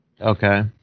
Okay